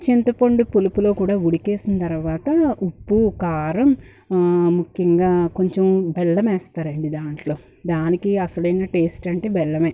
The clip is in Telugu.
చింతపండు పులుపులో కూడా ఉడికేసిన తర్వాత ఉప్పు కారం ముఖ్యంగా కొంచెం బెల్లం వేస్తారండి దాంట్లో దానికి అసలైన టెస్ట్ అంటే బెల్లమే